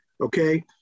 Okay